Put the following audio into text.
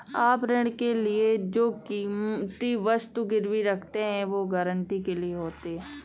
आप ऋण के लिए जो कीमती वस्तु गिरवी रखते हैं, वो गारंटी के लिए होती है